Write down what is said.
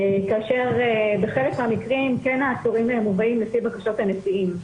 כאשר בחלק מהמקרים כן העצורים מובאים לפי בקשות הנשיאים.